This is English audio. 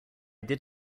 did